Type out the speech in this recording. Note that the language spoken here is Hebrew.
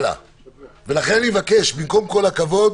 ולכן אני מבקש, במקום "כל הכבוד",